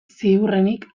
ziurrenik